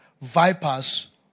vipers